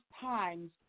times